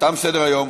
תם סדר-היום,